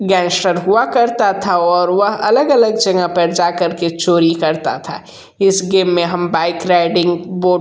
gangster हुआ करता था और वह अलग अलग जगह पर जा कर के चोरी करता था इस गेम में हम बाइक राइडिंग बोट